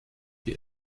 wir